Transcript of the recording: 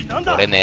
and and eighty